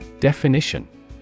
Definition